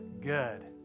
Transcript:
good